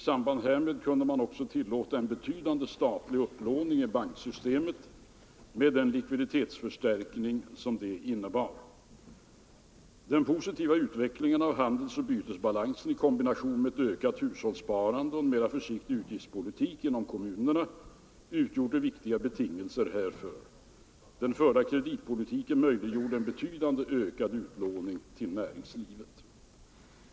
I samband härmed kunde man också tillåta en betydande statlig upplåning i banksystemet med den likviditetsförstärkning detta innebar. Den positiva utvecklingen av handelsoch bytesbalansen i kombination med ett ökat hushållssparande och en mera försiktig utgiftspolitik inom kommunerna utgjorde viktiga betingelser härför. Den förda kreditpolitiken möjliggjorde en betydligt ökad utlåning till näringslivet.